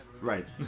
Right